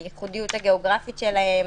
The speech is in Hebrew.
הייחודיות הגיאוגרפית שלהם,